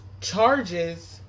charges